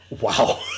wow